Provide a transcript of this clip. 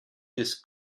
this